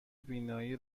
بینایی